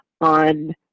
on